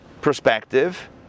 perspective